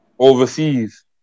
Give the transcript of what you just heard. overseas